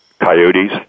coyotes